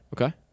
Okay